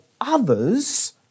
others